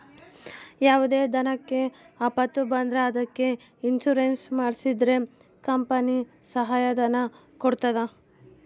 ಯಾವುದೇ ದನಕ್ಕೆ ಆಪತ್ತು ಬಂದ್ರ ಅದಕ್ಕೆ ಇನ್ಸೂರೆನ್ಸ್ ಮಾಡ್ಸಿದ್ರೆ ಕಂಪನಿ ಸಹಾಯ ಧನ ಕೊಡ್ತದ